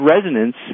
resonance